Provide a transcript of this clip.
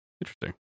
Interesting